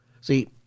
See